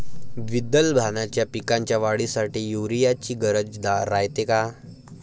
द्विदल धान्याच्या पिकाच्या वाढीसाठी यूरिया ची गरज रायते का?